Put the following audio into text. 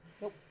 Nope